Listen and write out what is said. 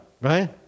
right